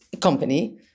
company